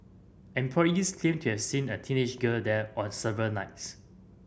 employees claimed to have seen a teenage girl there on several nights